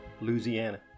Louisiana